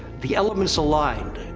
the elements aligned,